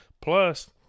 Plus